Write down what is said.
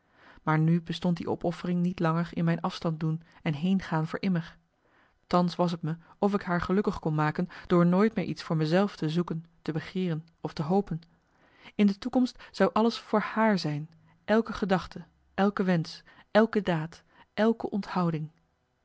maar nu bestond die opoffering niet langer in mijn afstanddoen en heengaan voor immer thans was t me of ik haar gelukkig kon maken door nooit meer iets voor me zelf te zoeken te begeeren of te hopen in de toekomst zou alles voor haar zijn elke gedachte elke wensch elke daad elke onthouding